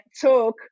talk